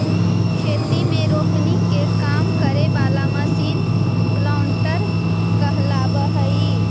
खेती में रोपनी के काम करे वाला मशीन प्लांटर कहलावऽ हई